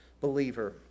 believer